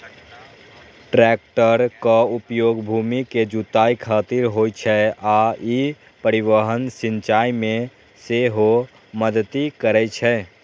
टैक्टरक उपयोग भूमि के जुताइ खातिर होइ छै आ ई परिवहन, सिंचाइ मे सेहो मदति करै छै